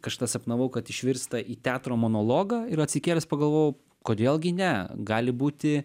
kašta sapnavau kad išvirsta į teatro monologą ir atsikėlęs pagalvojau kodėl gi ne gali būti